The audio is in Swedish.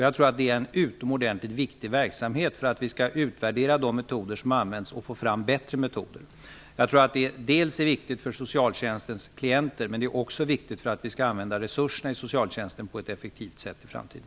Jag tror att det är en utomordentligt viktig verksamhet för att vi skall kunna utvärdera de metoder som används och få fram bättre metoder. Jag tror att det är viktigt för socialtjänstens klienter, men det är också viktigt för att vi skall kunna använda resurserna i socialtjänsten på ett effektivt sätt i framtiden.